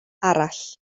arall